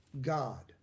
God